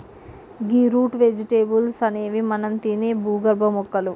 గీ root vegetables అనేవి మనం తినే భూగర్భ మొక్కలు